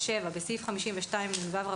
בסעיף 52נו(א),